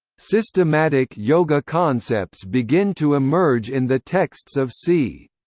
systematic yoga concepts begin to emerge in the texts of c.